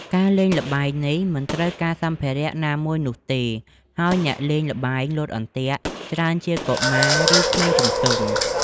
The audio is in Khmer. ការលេងល្បែងនេះមិនត្រូវការសម្ភារៈណាមួយនោះទេ ហើយអ្នកលេងល្បែងលោតអន្ទាក់ច្រើនជាកុមារឬក្មេងជំទង់។